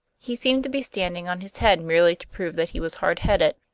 he seemed to be standing on his head merely to prove that he was hard-headed.